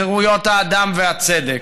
חירויות האדם והצדק,